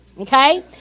Okay